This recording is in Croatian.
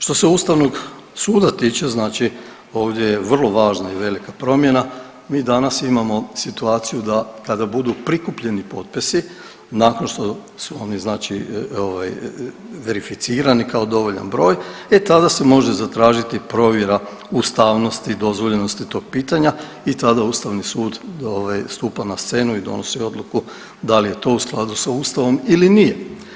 Što se Ustavnog suda tiče znači ovdje je vrlo važna i velika promjena, mi danas imamo situaciju da kada budu prikupljeni potpisi, nakon što su oni znači ovaj verificirani kao dovoljan broj, e tada se može zatražiti provjera ustavnosti i dozvoljenosti tog pitanja i tada Ustavni sud ovaj stupa na scenu i donosi odluku da li je to u skladu s Ustavom ili nije.